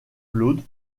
claude